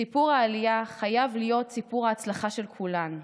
סיפור העלייה חייב להיות סיפור ההצלחה של כולנו,